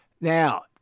Now